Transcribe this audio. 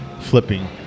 flipping